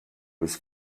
was